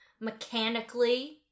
mechanically